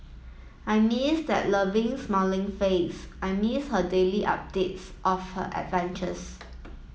I miss that lovely smiling face I miss her daily updates of her adventures